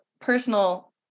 personal